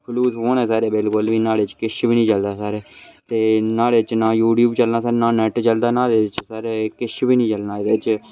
फलूस फोन ऐ एह् न्हाड़े च किश बी निं चलदा सर ते न्हाड़े च ना यूट्यूब चलना ना नेट चलदा न्हाड़े च सर ते किश बी निं चलना एह्दे च